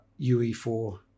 UE4